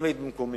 אם היית במקומי